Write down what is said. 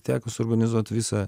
teko suorganizuot visą